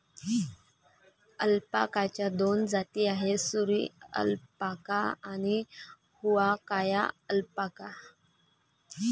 अल्पाकाच्या दोन जाती आहेत, सुरी अल्पाका आणि हुआकाया अल्पाका